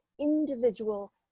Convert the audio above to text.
individual